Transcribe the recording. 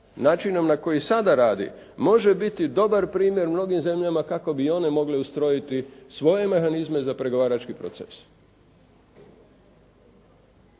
načinom na koji sada radi može biti dobar primjer mnogim zemljama kako bi one mogle ustrojiti svoje mehanizme za pregovarački proces.